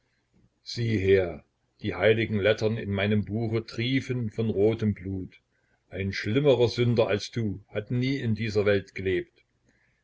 sieh her die heiligen lettern in meinem buche triefen von rotem blut ein schlimmerer sünder als du hat nie in dieser welt gelebt